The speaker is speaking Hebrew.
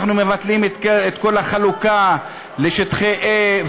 אנחנו מבטלים את כל החלוקה לשטחי A,